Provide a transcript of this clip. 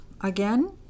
Again